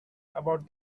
about